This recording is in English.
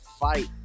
fight